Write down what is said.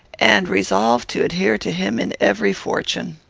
and resolved to adhere to him in every fortune.